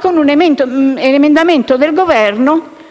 Con un emendamento del Governo